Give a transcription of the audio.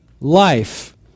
life